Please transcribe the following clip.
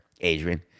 Adrian